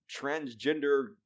transgender